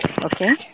Okay